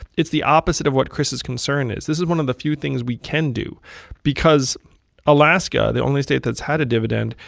it's the opposite of what chris' concern is. this is one of the few things we can do because alaska, the only state that's had a dividend,